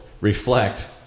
reflect